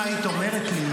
ציבורי.